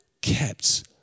kept